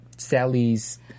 Sally's